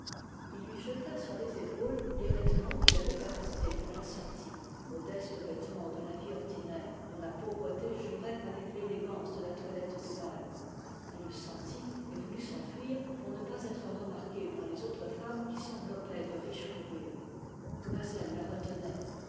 ii lui jeta sur les épaules les vêtements qu'il avait apportés pour la sortie modestes vêtements de la vie ordinaire dont la pauvreté jurait avec l'élégance de la toilette de bal elle le sentit et voulut s'enfiiir pour ne pas être remarquée par les autres femmes qui s'enveloppaient de riches fourrures loisel la retenait